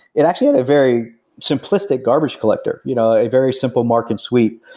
it actually had a very simplistic garbage collector, you know a very simple mark-and-sweep.